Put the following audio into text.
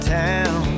town